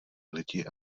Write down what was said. lidi